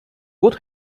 would